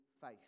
faith